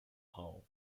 hull